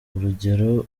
urugero